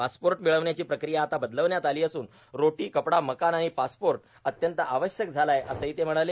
passport मिळवण्याची प्रक्रिया आता बदलवण्यात आली असून रोटी कपडा मकान आणि पासपोर्ट अत्यंत आवश्यक झालं आहे असंही ते म्हणाले